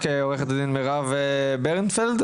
עורכת הדין מירב ברנדפלד,